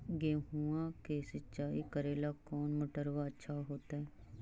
गेहुआ के सिंचाई करेला कौन मोटरबा अच्छा होतई?